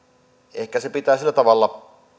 ehkä se pitää sillä tavalla